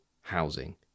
housing